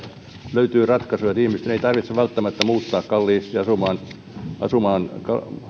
löytyy ratkaisu että ihmisten ei tarvitse välttämättä muuttaa kalliisti asumaan asumaan